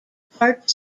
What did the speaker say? part